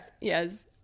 Yes